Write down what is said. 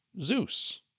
Zeus